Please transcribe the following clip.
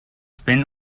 spin